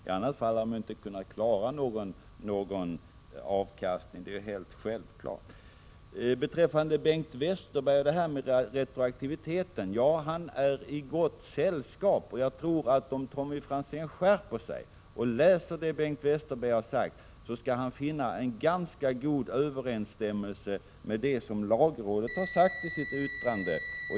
I alla fall hade man självfallet inte kunnat klara värdesäkringen. När det gäller Bengt Westerbergs uttalande om retroaktiviteten är han i gott sällskap. Om Tommy Franzén skärper sig och läser det Bengt Westerberg sagt, skall han finna en ganska god överensstämmelse med vad lagrådet skriver i sitt yttrande.